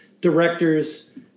directors